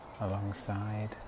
alongside